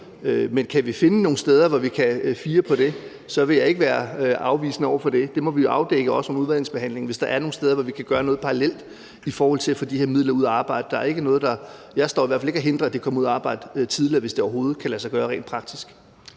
Men kan vi finde nogen steder, hvor vi kan fire på det, vil jeg ikke være afvisende over for det. Vi må jo også afdække under udvalgsbehandlingen, om der er nogen steder, hvor vi kan gøre noget parallelt i forhold til at få de her midler ud at arbejde. Jeg hindrer i hvert fald ikke, at det kommer ud at arbejde tidligere, hvis det overhovedet kan lade sig gøre rent praktisk.